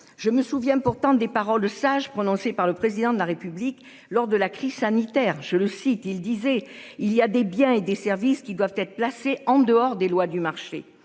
Je me souviens pourtant des paroles sages prononcé par le président de la République lors de la crise sanitaire, je le cite, il disait il y a des biens et des services qui doivent être placés en dehors des lois du marché.